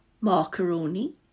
macaroni